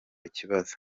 kibazo